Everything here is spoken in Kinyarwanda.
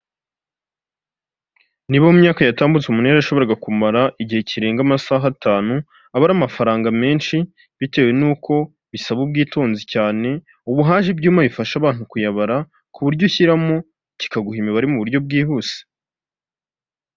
Niba mu myaka yatambutse umuntu yarashoboraga kumara igihe kirenga amasaha atanu, abara amafaranga menshi bitewe n'uko bisaba ubwitonzi cyane, ubu haje ibyuma bifasha abantu kuyabara ku buryo ushyiramo kikaguha imibare mu buryo bwihuse.